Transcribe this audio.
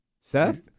Seth